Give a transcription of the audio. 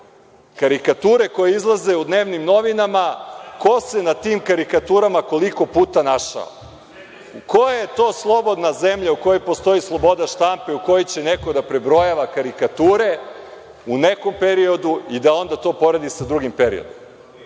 Karikature koje izlaze u dnevnim novinama, ko se na tim karikaturama, koliko puta našao. Koja je to slobodna zemlja u kojoj postoji sloboda štampe u kojoj će neko da prebrojava karikature u nekom periodu i da onda to poredi sa drugim periodom? Ono